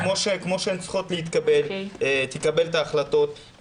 כמו שהן צריכות להתקבל תקבל את ההחלטות.